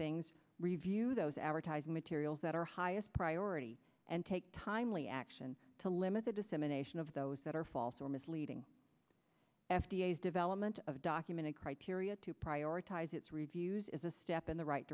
things review those advertising materials that are highest priority and take timely action to limit the dissemination of those that are false or misleading f d a is development of documented criteria to prioritize its reviews is a step in the right